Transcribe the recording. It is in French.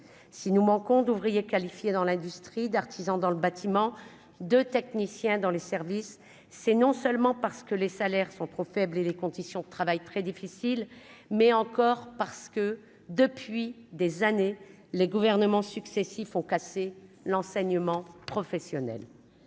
si nous manquons d'ouvriers qualifiés dans l'industrie d'artisans dans le bâtiment de techniciens dans les services, c'est non seulement parce que les salaires sont trop faibles et les conditions de travail très difficiles mais encore parce que depuis des années, les gouvernements successifs ont cassé l'enseignement professionnel,